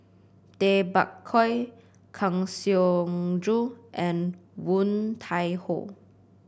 Tay Bak Koi Kang Siong Joo and Woon Tai Ho